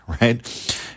right